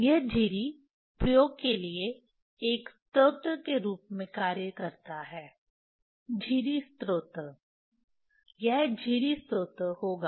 यह झिरी प्रयोग के लिए एक स्रोत के रूप में कार्य करता है झिरी स्रोत यह झिरी स्रोत होगा